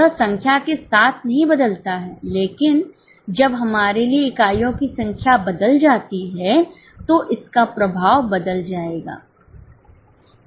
यह संख्या के साथ नहीं बदलता है लेकिन जब हमारे लिए इकाइयों की संख्या बदल जाती है तो इसका प्रभाव बदल जाएगा